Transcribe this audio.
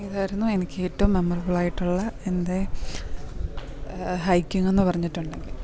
ഇതായിരുന്നു എനിക്ക് ഏറ്റവും മെമ്മറബിളായിട്ടുള്ള എൻ്റെ ഹൈക്കിങ്ങെന്ന് പറഞ്ഞിട്ട് ഉണ്ടെങ്കിൽ